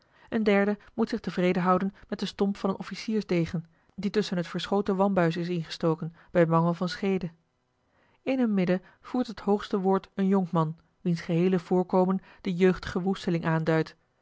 een derde moet zich tevreden houden met de stomp van een officiersdegen die tusschen het verschoten wambuis is ingestoken bij mangel van scheede in hun midden voert het hoogste woord een jonkman wiens geheele voorkomen den jeugdigen woesteling aanduidt